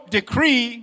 decree